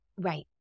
right